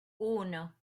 uno